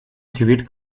civil